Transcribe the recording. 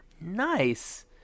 nice